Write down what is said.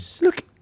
Look